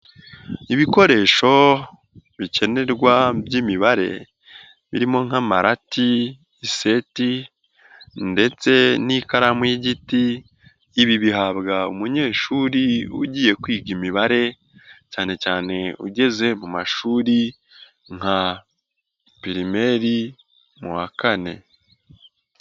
Ibikoresho bikenerwa by'imibare birimo nk'amarati, iseti ndetse n'ikaramu y'igiti, ibi bihabwa umunyeshuri ugiye kwiga imibare cyane cyane ugeze mu mashuri nka pirimeri mu wa kane.